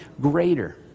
greater